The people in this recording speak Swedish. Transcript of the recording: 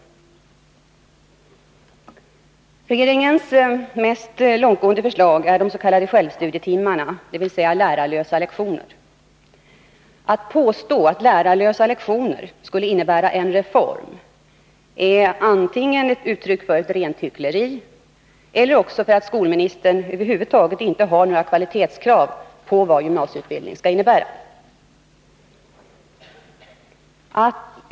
Regeringens mest långtgående förslag är de s.k. självstudietimmarna, dvs. lärarlösa lektioner. Att påstå att lärarlösa lektioner skulle innebära ”en reform” är antingen uttryck för ett rent hyckleri eller för att skolministern över huvud taget inte har några kvalitetskrav på vad en gymnasiesutbildning skall innebära.